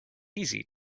easy